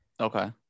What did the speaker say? Okay